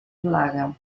plaga